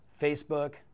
Facebook